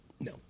no